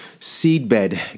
seedbed